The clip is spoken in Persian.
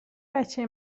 بچه